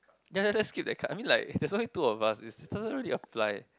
ya ya let's skip that card I mean like there's only two of us it doesn't really apply